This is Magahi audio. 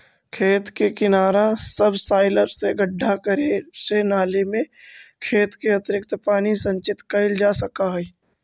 खेत के किनारा सबसॉइलर से गड्ढा करे से नालि में खेत के अतिरिक्त पानी संचित कइल जा सकऽ हई